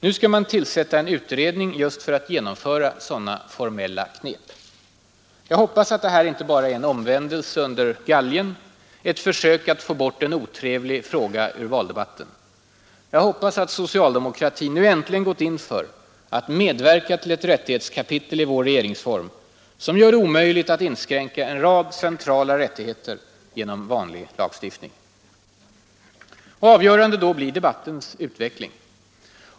Nu skall man tillsätta en utredning just för att genomföra sådana ”formella knep”. Jag hoppas att detta inte bara är en omvändelse under galgen, ett försök att få bort en otrevlig fråga ur valdebatten. Jag hoppas att socialdemokratin nu äntligen gått in för att medverka till ett rättighetskapitel i vår regeringsform som gör det omöjligt att inskränka en rad centrala rättigheter genom vanlig lagstiftning. Avgörande blir då debattens utveckling.